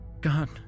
god